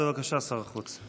בבקשה, שר החוץ.